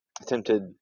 attempted